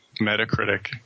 Metacritic